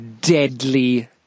deadly